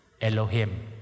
Elohim